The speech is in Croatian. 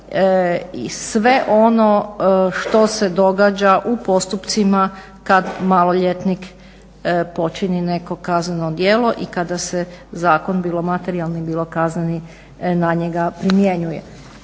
i sve ono što se događa u postupcima kad maloljetnik počini neko kazneno djelo i kada se zakon bilo materijalni bilo kazneni na njega primjenjuje.